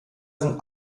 sind